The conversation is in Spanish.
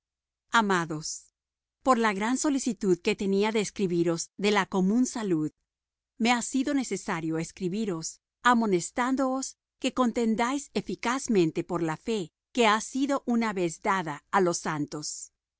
amados por la gran solicitud que tenía de escribiros de la común salud me ha sido necesario escribiros amonestándoos que contendáis eficazmente por la fe que ha sido una vez dada á los santos